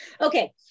Okay